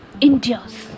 India's